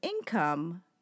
income